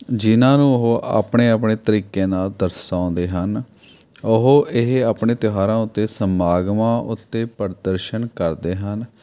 ਜਿਨਾਂ ਨੂੰ ਉਹ ਆਪਣੇ ਆਪਣੇ ਤਰੀਕੇ ਨਾਲ਼ ਦਰਸਾਉਂਦੇ ਹਨ ਉਹ ਇਹ ਆਪਣੇ ਤਿਉਹਾਰਾਂ ਉੱਤੇ ਸਮਾਗਮਾਂ ਉੱਤੇ ਪ੍ਰਦਰਸ਼ਨ ਕਰਦੇ ਹਨ